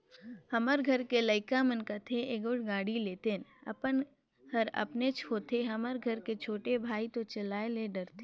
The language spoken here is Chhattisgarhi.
हमर घर के लइका मन कथें एगोट गाड़ी लेतेन अपन हर अपनेच होथे हमर घर के छोटे भाई तो चलाये ले डरथे